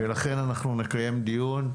ולכן אנחנו נקיים דיון.